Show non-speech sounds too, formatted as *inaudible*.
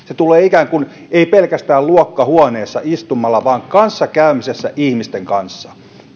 *unintelligible* se tulee ikään kuin ei pelkästään luokkahuoneessa istumalla vaan kanssakäymisessä ihmisten kanssa tämä